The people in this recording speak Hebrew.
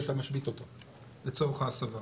מפסיק כי אתה משבית אותו לצורך ההסבה.